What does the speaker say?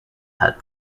had